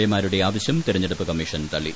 A മാരുടെ ആവശ്യം തിരഞ്ഞെടുപ്പ് കമ്മീഷൻ തള്ളി